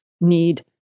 need